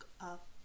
up